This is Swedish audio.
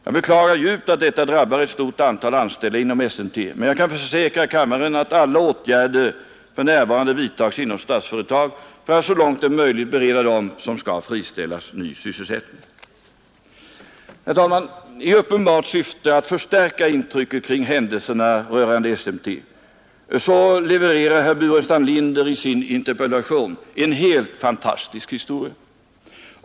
Jag beklagar djupt att detta drabbar ett stort antal anställda inom SMT, men jag kan försäkra kammaren att alla åtgärder för närvarande vidtages inom Statsföretag för att så långt det är möjligt bereda dem som skall friställas ny sysselsättning. Herr talman! I uppenbart syfte att förstärka intrycket kring händelserna rörande SMT levererar herr Burenstam Linder i sin interpellation en helt fantastisk historia.